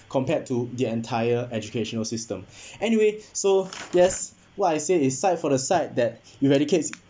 compared to the entire educational system anyway so yes what I said is side for the sight that eradicated